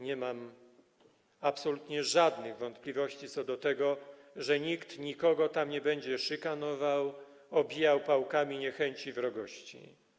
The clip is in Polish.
Nie mam absolutnie żadnych wątpliwości co do tego, że nikt nikogo nie będzie tam szykanował, obijał pałkami niechęci i wrogości.